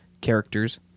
characters